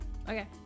Okay